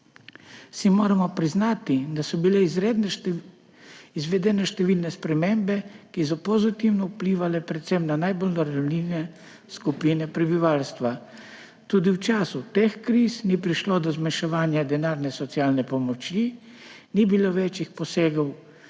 Moramo si priznati, da so bile na tem področju izvedene številne spremembe, ki so pozitivno vplivale predvsem na najbolj ranljive skupine prebivalstva. Tudi v času teh kriz ni prišlo do zmanjševanja denarne socialne pomoči, ni bilo večjih posegov